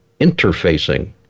interfacing